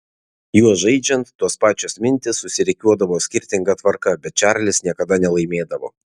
juo žaidžiant tos pačios mintys susirikiuodavo skirtinga tvarka bet čarlis niekada nelaimėdavo